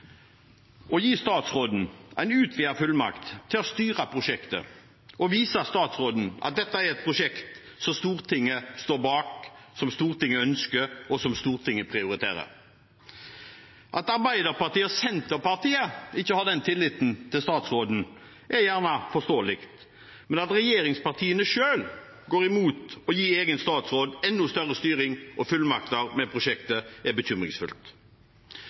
å gi statsråden en utvidet fullmakt til å styre prosjektet og vise statsråden at dette er et prosjekt som Stortinget står bak, som Stortinget ønsker, og som Stortinget prioriterer. At Arbeiderpartiet og Senterpartiet ikke har den tilliten til statsråden, er gjerne forståelig, men at regjeringspartiene går imot å gi egen statsråd enda større styring med og fullmakter i prosjektet, er bekymringsfullt.